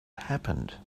happened